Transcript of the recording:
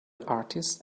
artist